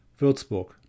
Würzburg